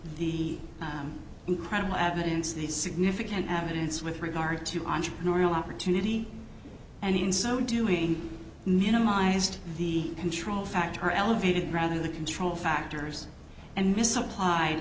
be incredible evidence the significant evidence with regard to entrepreneurial opportunity and in so doing minimized the control factor elevated rather the control factors and misapplied